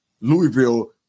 Louisville